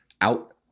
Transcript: out